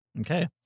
Okay